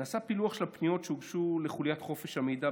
נעשה פילוח של הפניות שהוגשו לחוליית חופש המידע,